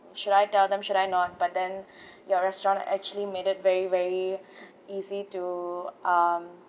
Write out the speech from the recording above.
should I tell them should I not but then your restaurant actually made it very very easy to um